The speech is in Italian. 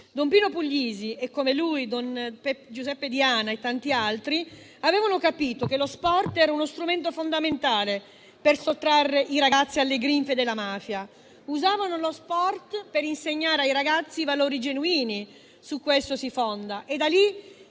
Don Pino Puglisi e, come lui, don Giuseppe Diana e tanti altri avevano capito che lo sport era uno strumento fondamentale per sottrarre i ragazzi alle grinfie della mafia. Usavano lo sport per insegnare ai ragazzi i valori genuini su cui esso si fonda, e da lì